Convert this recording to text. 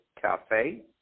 Cafe